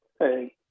Hey